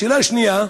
שאלה שנייה: